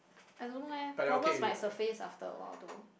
I don't know eh problems might surface after a while though